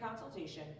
consultation